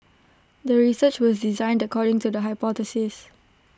the research was designed according to the hypothesis